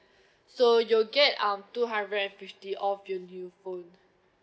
so you will get um two hundred and fifty off for your new phone